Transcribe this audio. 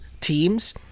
teams